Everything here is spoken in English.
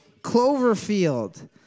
Cloverfield